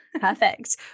Perfect